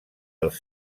els